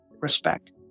respect